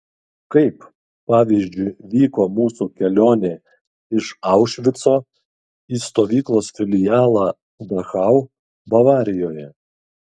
kaip pavyzdžiui vyko mūsų kelionė iš aušvico į stovyklos filialą dachau bavarijoje